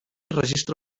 registre